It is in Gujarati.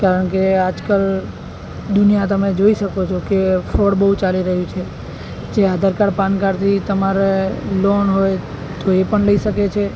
કારણ કે આજકલ દુનિયા તમે જોઈ શકો છો કે ફ્રોડ બહુ ચાલી રહ્યું છે જે આધાર કાડ પાન કાર્ડથી તમારે લોન હોય તો એ પણ લઈ શકે છે